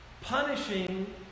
Punishing